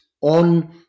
on